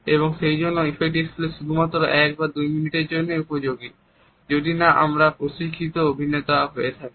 এবং সেই জন্য এফেক্ট ডিসপ্লে শুধুমাত্র এক বা দুই মিনিটের জন্যই উপযোগী যদি না আমরা প্রশিক্ষিত অভিনেতা হয়ে থাকি